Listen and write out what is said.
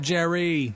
Jerry